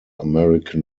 american